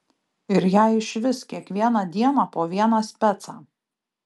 ir jai išvis kiekvieną dieną po vieną specą